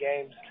games